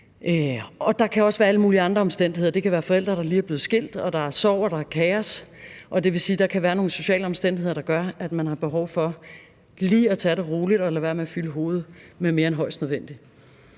Der kan også være alle mulige andre omstændigheder. Det kan være forældre, der lige er blevet skilt, så der er sorg, og der er kaos, og det vil sige, der kan være nogle sociale omstændigheder, der gør, at man har behov for lige at tage det roligt og lade være med at fylde hovedet med mere end højst nødvendigt.